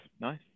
Nice